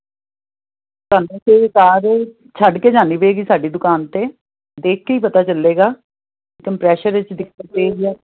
ਛੱਡ ਕੇ ਜਾਣੀ ਪਏਗੀ ਸਾਡੀ ਦੁਕਾਨ 'ਤੇ ਦੇਖ ਕੇ ਹੀ ਪਤਾ ਚੱਲੇਗਾ ਕੰਪਰੈਸ਼ਰ ਵਿੱਚ ਦਿਕੱਤ ਕੀ ਏ